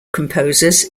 composers